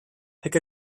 pick